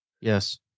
Yes